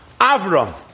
Avram